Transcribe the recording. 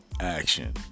action